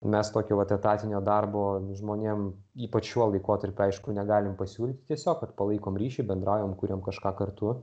mes tokio vat etatinio darbo žmonėm ypač šiuo laikotarpiu aišku negalim pasiūlyti tiesiog kad palaikom ryšį bendraujam kuriam kažką kartu